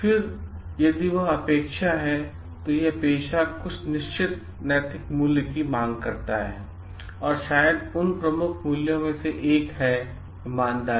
फिर यदि वह अपेक्षा है तो यह पेशा कुछ निश्चित नैतिक मूल्य की मांग करता है और शायद उन प्रमुख मूल्यों में से एक है ईमानदारी